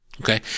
Okay